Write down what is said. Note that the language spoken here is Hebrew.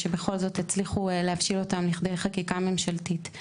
שבכל זאת הצליחו להבשיל אותם לכדי חקיקה ממשלתית.